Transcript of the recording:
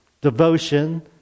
devotion